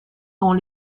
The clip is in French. dans